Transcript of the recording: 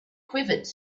quivered